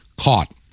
caught